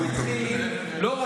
הוא שם,